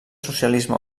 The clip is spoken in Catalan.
socialisme